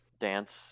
Dance